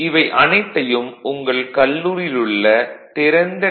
இவை அனைத்தையும் உங்கள் கல்லூரியில் உள்ள திறந்த டி